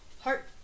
heart